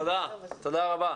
תודה רבה.